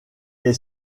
est